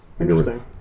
Interesting